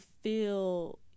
feel